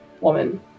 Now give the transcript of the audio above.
woman